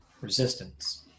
resistance